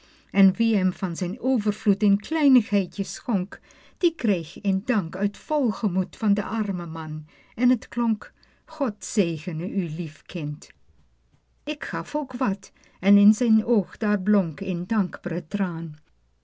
en wie hem van zijn overvloed een kleinigheidje schonk die kreeg een dank uit vol gemoed van d'armen man en t klonk god zegene u lief kind ik gaf ook wat en in zijn oog daar blonk een dankb're traan